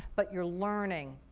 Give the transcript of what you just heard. but you're learning.